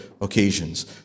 occasions